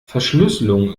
verschlüsselung